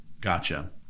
gotcha